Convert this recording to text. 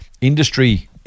industry